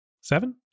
Seven